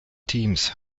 teams